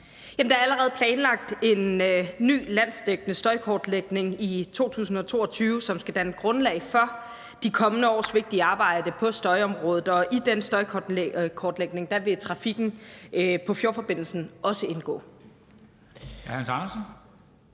der er allerede planlagt en ny landsdækkende støjkortlægning i 2022, som skal danne grundlag for de kommende års vigtige arbejde på støjområdet. Og i den støjkortlægning vil trafikken på fjordforbindelsen også indgå.